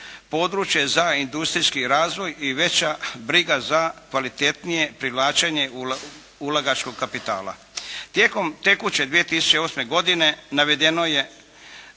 područje za industrijski razvoj i veća briga za kvalitetnije privlačenje ulagačkog kapitala. Tijekom tekuće 2008. godine navedeno je